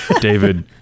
David